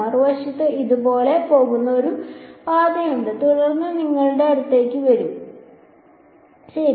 മറുവശത്ത് ഇതുപോലെ പോകുന്ന ഒരു പാതയുണ്ട് തുടർന്ന് നിങ്ങളുടെ അടുത്തേക്ക് വരൂ ശരി